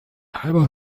halber